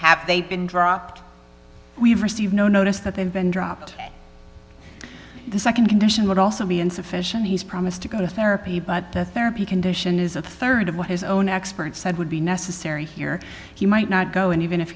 have they been dropped we receive no notice that they've been dropped the nd condition would also be insufficient he's promised to go to therapy but the therapy condition is a rd of what his own expert said would be necessary here he might not go and even if